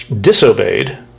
disobeyed